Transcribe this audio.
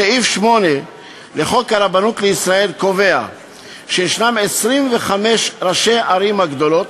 סעיף 8 לחוק הרבנות לישראל קובע שישנם 25 ראשי הערים הגדולות,